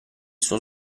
suo